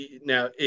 Now